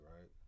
right